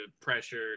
pressure